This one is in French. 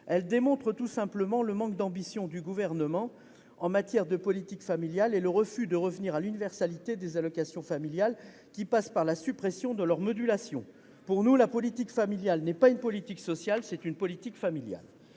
telle mesure démontre le manque d'ambition du Gouvernement en matière de politique familiale et le refus de revenir à l'universalité des allocations familiales, qui passe par la suppression de leur modulation. Pour nous, la politique familiale n'est pas une politique sociale : c'est bien une politique familiale.